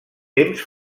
temps